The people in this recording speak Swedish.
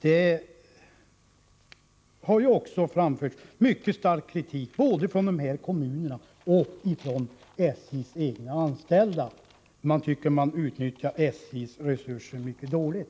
Det har också framförts mycket stark kritik både från de aktuella kommunerna och från SJ:s egna anställda — man tycker att SJ:s resurser utnyttjas mycket dåligt.